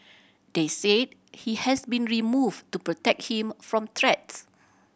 they said he has been removed to protect him from threats